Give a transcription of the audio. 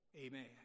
Amen